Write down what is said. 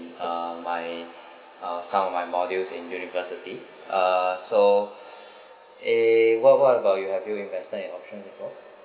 um my uh some of my modules in university uh so eh what what about you have you invested in options before